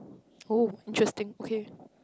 oh interesting okay